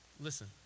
Listen